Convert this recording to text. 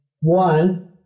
one